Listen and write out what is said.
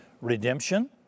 redemption